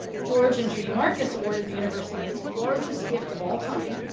george and judy marcus awarded the university its largest gift of all time,